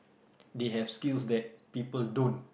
they have skills that people don't